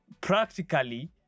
practically